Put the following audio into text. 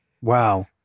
Wow